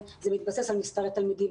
זה מתבסס על מספרי תלמידים,